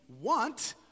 want